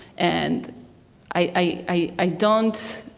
and i don't,